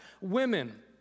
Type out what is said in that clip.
women